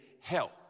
health